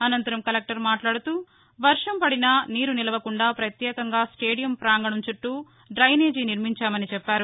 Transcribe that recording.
అసంతరం కలెక్షర్ మాట్లాడుతూ పర్టం పడినా నీరు నిలువకుండా ప్రత్యేకంగా స్టేడియం ప్రాంగణం చుట్టూ డ్రెనేజీని నిర్మించామని చెప్పారు